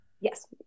Yes